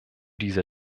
diese